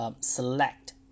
select